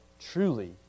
truly